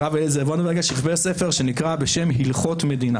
הרב אליעזר ולנדברג חיבר ספר שנקרא בשם "הלכות מדינה".